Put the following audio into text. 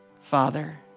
father